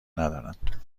ندارند